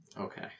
Okay